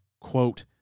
quote